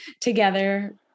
together